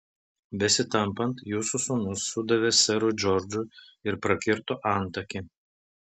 besitampant jūsų sūnus sudavė serui džordžui ir prakirto antakį